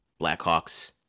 Blackhawks